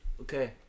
Okay